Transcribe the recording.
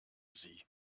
sie